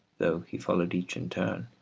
though he followed each in turn,